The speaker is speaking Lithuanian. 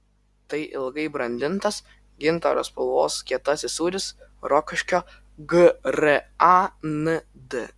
tai ilgai brandintas gintaro spalvos kietasis sūris rokiškio grand